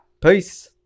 Peace